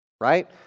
right